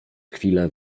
chwilę